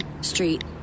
Street